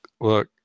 look